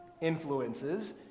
influences